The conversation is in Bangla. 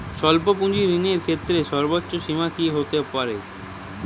স্বল্প পুঁজির ঋণের ক্ষেত্রে সর্ব্বোচ্চ সীমা কী হতে পারে?